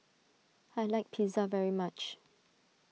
I like Pizza very much